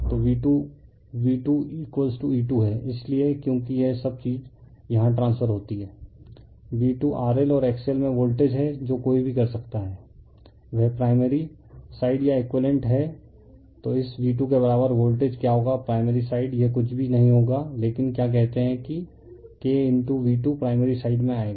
तो V2 V2E2 हैं इसलिए क्योंकि यह सब चीज यहां ट्रान्सफर होती है V2 R L और X L में वोल्टेज है जो कोई भी कर सकता है वह प्राइमरी साइड या एक़ुइवेलेंट है तो इस V2 के बराबर वोल्टेज क्या होगा प्राइमरी साइड यह कुछ भी नहीं होगा लेकिन क्या कहते हैं कि K V2 प्राइमरी साइड में आएगा